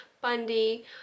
Bundy